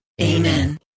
Amen